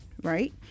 right